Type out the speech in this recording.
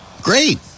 great